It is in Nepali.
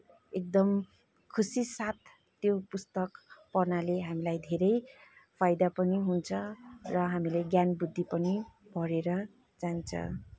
एकदम खुसीसाथ त्यो पुस्तक पढ्नाले हामीलाई धेरै फाइदा पनि हुन्छ र हामीले ज्ञान बुद्धि पनि बढेर जान्छ